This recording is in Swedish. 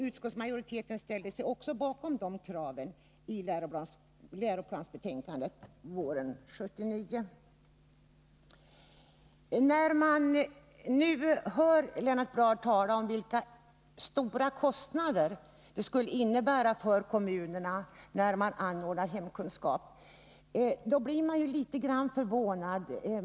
Utskottsmajoriteten ställde sig också bakom det kravet i läroplansbetänkandet våren 1979. När man nu hör Lennart Bladh tala om vilka stora kostnader det skulle innebära för kommunerna när de anordnar hemkunskap, blir man litet förvånad.